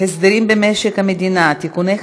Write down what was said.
חוק חניה לנכים (תיקון מס'